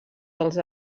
dels